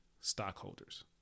stockholders